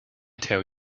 tell